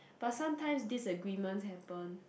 but sometimes disagreement happen